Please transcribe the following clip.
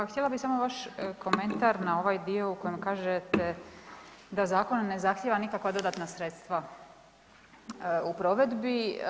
Ma htjela bih samo vaš komentar na ovaj dio u kojem kažete da zakon ne zahtijeva nikakva dodatna sredstva u provedbi.